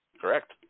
Correct